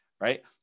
Right